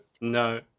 no